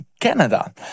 Canada